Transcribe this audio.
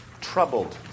troubled